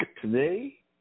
Today